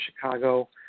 Chicago